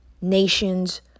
nations